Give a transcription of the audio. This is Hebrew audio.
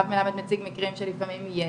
הרב מלמד מציג מקרים שלפעמים יש